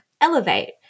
elevate